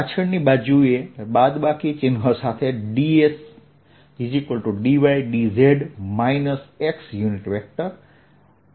પાછળની બાજુએ બાદબાકી ચિહ્ન સાથે dsdydz